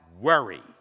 worry